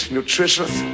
nutritious